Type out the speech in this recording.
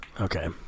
okay